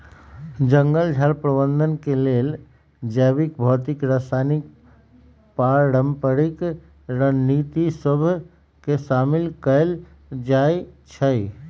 जंगल झार प्रबंधन के लेल जैविक, भौतिक, रासायनिक, पारंपरिक रणनीति सभ के शामिल कएल जाइ छइ